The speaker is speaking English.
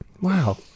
Wow